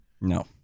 No